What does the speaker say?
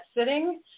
sitting